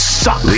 suck